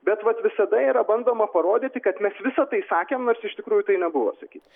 bet vat visada yra bandoma parodyti kad mes visa tai sakėm nors iš tikrųjų tai nebuvo sakyta